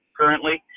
currently